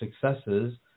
successes